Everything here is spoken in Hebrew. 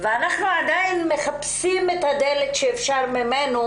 ואנחנו עדיין מחפשים את הדלת שאפשר ממנה